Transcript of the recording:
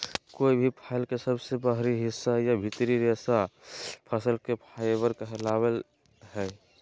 कोय भी फल के सबसे बाहरी हिस्सा या भीतरी रेशा फसल के फाइबर कहलावय हय